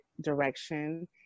direction